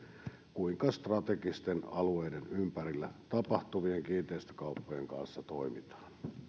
kuinka strategisten alueiden ympärillä tapahtuvien kiinteistökauppojen kanssa toimitaan